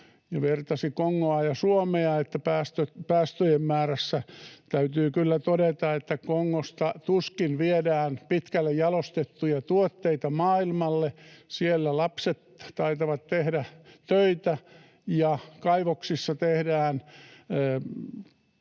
vertasi Kongoa ja Suomea päästöjen määrässä. Täytyy kyllä todeta, että Kongosta tuskin viedään pitkälle jalostettuja tuotteita maailmalle. Siellä lapset taitavat tehdä töitä ja kaivoksissa kaivetaan